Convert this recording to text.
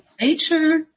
nature